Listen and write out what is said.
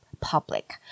public